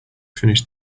finish